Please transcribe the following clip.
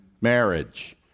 marriage